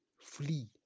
flee